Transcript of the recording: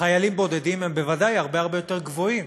חיילים בודדים הם בוודאי הרבה הרבה יותר גבוהים.